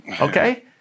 Okay